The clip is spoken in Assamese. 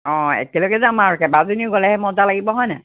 অঁ একেলগে যাম আৰু কেইবাজনীও গ'লেহে মজা লাগিব হয়নে